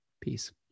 Peace